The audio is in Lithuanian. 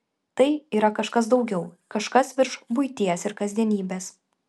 tai yra kažkas daugiau kažkas virš buities ir kasdienybės